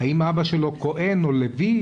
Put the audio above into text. האם אבא שלו כהן או לוי,